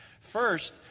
First